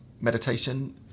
meditation